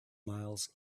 miles